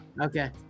Okay